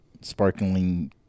sparkling